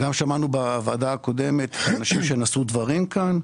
שמענו בישיבה הקודמת אנשים שנשאו כאן דברים,